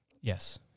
Yes